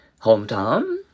hometown